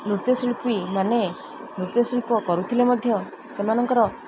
ନୃତ୍ୟଶିଳ୍ପୀ ମାନେ ନୃତ୍ୟଶିଳ୍ପ କରୁଥିଲେ ମଧ୍ୟ ସେମାନଙ୍କର